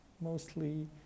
mostly